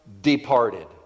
departed